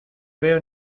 veo